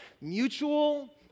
mutual